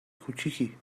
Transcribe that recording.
کوچیکی